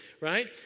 right